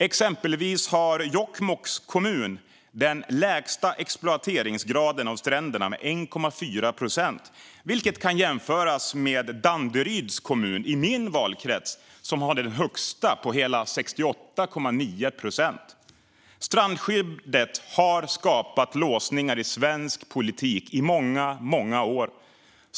Exempelvis har Jokkmokks kommun den lägsta graden av exploatering av stränderna, 1,4 procent, vilket kan jämföras med Danderyds kommun i min valkrets som har den högsta, hela 68,9 procent. Strandskyddet har skapat låsningar i svensk politik i många år.